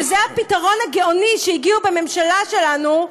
שזה הפתרון הגאוני שהגיעו אליו בממשלה שלנו.